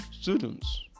students